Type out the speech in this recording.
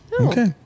Okay